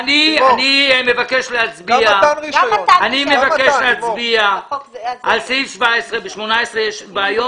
אני מבקש להצביע על סעיף 17. בסעיף 18 יש בעיות?